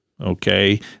okay